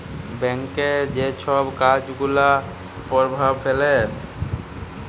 ব্যাংকের যে ছব কাজ গুলা পরভাব ফেলে